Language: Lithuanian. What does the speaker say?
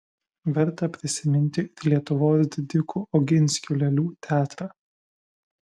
verta prisiminti ir lietuvos didikų oginskių lėlių teatrą